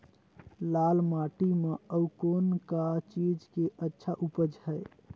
लाल माटी म अउ कौन का चीज के अच्छा उपज है?